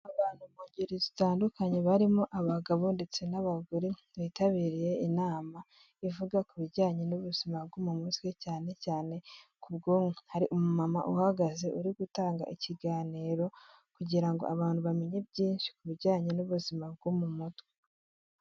Abantu mu ngeri zitandukanye barimo abagabo ndetse n'abagore bitabiriye inama ivuga ku bijyanye n'ubuzima bwo mu mutwe cyane cyane ku bwonko, hari umumama uhagaze uri gutanga ikiganiro kugira ngo abantu bamenye byinshi ku bijyanye n'ubuzima bwo mu mutwe.